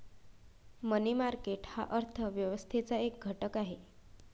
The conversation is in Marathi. मनी मार्केट हा अर्थ व्यवस्थेचा एक घटक आहे